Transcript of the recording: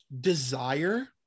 desire